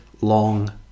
long